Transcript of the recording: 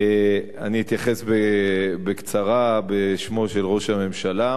אני אתייחס בקצרה בשמו של ראש הממשלה.